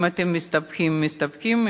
אם אתם מסתפקים מסתפקים,